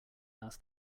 asked